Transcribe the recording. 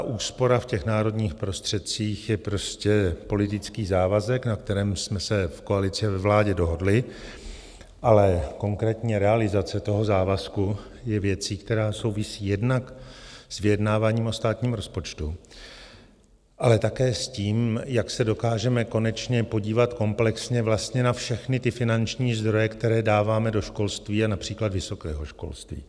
Úspora v národních prostředcích je prostě politický závazek, na kterém jsme se v koalici a ve vládě dohodli, ale konkrétní realizace toho závazku je věcí, která souvisí jednak s vyjednáváním o státním rozpočtu, ale také s tím, jak se dokážeme konečně podívat komplexně na všechny finanční zdroje, které dáváme do školství a například vysokého školství.